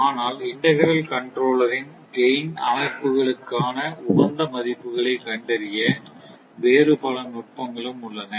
ஆனால் இன்டெக்ரால் கண்ட்ரோலரின் கைன் அமைப்புகளுக்கான உகந்த மதிப்புகளை கண்டறிய வேறு பல நுட்பங்களும் உள்ளன